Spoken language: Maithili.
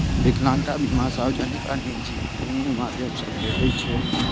विकलांगता बीमा सार्वजनिक आ निजी, दुनू माध्यम सं भेटै छै